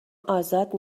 ازاد